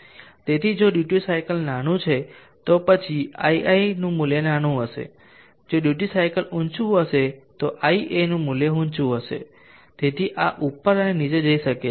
તેથી જો duty cycle નાનું છે તો પછી Ii મૂલ્ય નાનું હશે જો ડ્યુટી સાયકલ ઊંચું હશે તો ia મૂલ્ય ઊંચું હશે તેથી આ ઉપર અને નીચે જઈ શકે છે